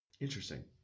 interesting